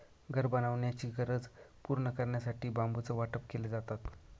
घर बनवण्याची गरज पूर्ण करण्यासाठी बांबूचं वाटप केले जातात